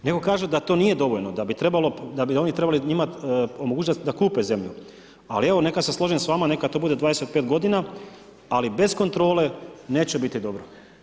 Netko kaže da to nije dovoljno, da bi oni trebali imati po mogućnosti da kupe zemlju ali evo neka se složim s vama, neka to bude 25 godina ali bez kontrole, neće biti dobro.